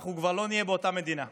אנחנו כבר לא נהיה באותה מדינה,